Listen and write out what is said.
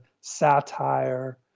satire